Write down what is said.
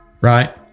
right